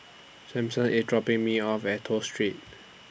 Samson IS dropping Me off At Toh Street